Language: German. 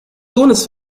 sohnes